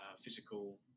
Physical